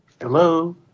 Hello